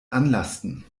anlasten